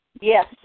Yes